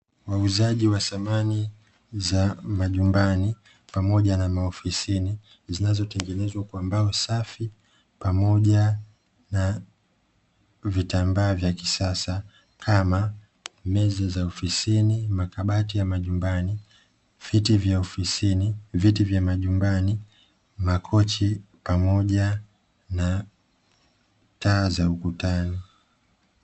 Wauzaji wa samani za majumbani pamoja na maofisini zinazotengenezwa kwa mbao safi pamoja na vitambaa vya kisasa kama meza za ofisini, makabati ya majumbani, viti vya ofisini, viti vya majumbani, makochi pamoja na taa za ukutani.